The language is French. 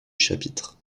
chapitre